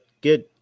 good